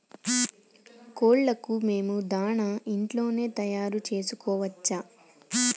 కోళ్లకు మేము దాణా ఇంట్లోనే తయారు చేసుకోవచ్చా?